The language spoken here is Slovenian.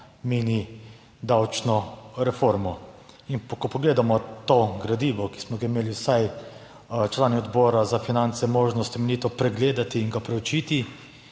mini davčno reformo. In ko pogledamo to gradivo, ki smo ga imeli vsaj člani Odbora za finance možnost temeljito pregledati in ga preučiti,